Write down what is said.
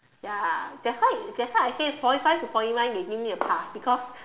ya that's why that's why I say forty five to forty nine they give me a pass because